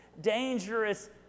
dangerous